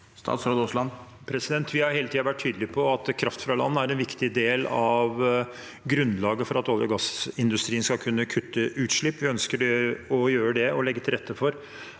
Statsråd Terje Aasland Vi har hele tiden vært tydelige på at kraft fra land er en viktig del av grunnlaget for at olje- og gassindustrien skal kunne kutte utslipp. Vi ønsker å gjøre det og legge til rette for